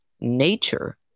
Nature